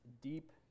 deep